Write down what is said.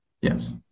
yes